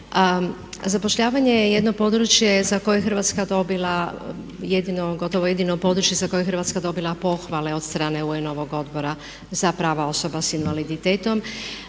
gotovo jedino područje za koje je Hrvatska dobila pohvale od strane UN-ovog Odbora za prava osoba s invaliditetom.